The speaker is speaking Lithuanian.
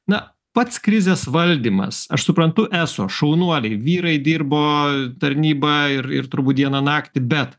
na pats krizės valdymas aš suprantu eso šaunuoliai vyrai dirbo tarnyba ir ir turbūt dieną naktį bet